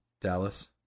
Dallas